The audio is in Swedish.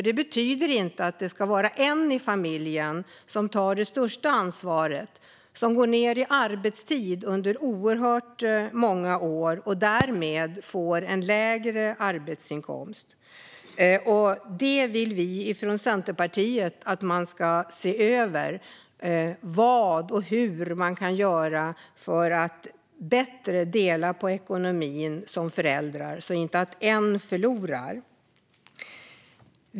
Det betyder nämligen inte att det ska vara en i familjen som tar det största ansvaret och som under många år går ned i arbetstid och därmed får en lägre arbetsinkomst. Vi i Centerpartiet vill att man ska se över vad och hur man kan göra för att föräldrar bättre ska kunna dela på ekonomin så att inte en av dem förlorar.